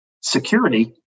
security